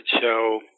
show